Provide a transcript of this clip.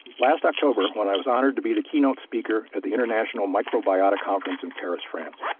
last october when i was honored to be the keynote speaker at the international microbiota conference in paris, france.